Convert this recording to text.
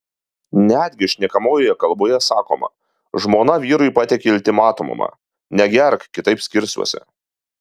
netgi šnekamojoje kalboje sakoma žmona vyrui pateikė ultimatumą negerk kitaip skirsiuosi